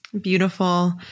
Beautiful